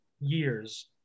years